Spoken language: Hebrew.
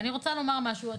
ואני רוצה לומר משהו.